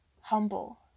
humble